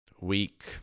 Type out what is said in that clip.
week